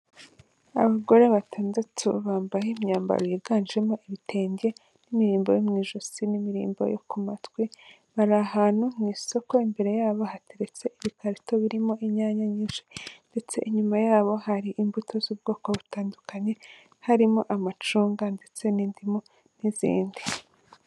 Abagore batandatu bambaye imyambaro yiganjemo ibitenge n'imirimbo yo mu ijosi n'imirimbo yo ku matwi, bari ahantu mu isoko, imbere yabo hateretse ibikarito birimo inyanya nyinshi, ndetse inyuma yabo hari imbuto z'ubwoko butandukanye, harimo amacunga, ndetse n'indimu n'izindi.